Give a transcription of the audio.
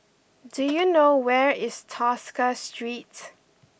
do you know where is Tosca Street